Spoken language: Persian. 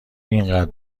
اینقدر